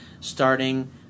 starting